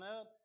up